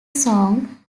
song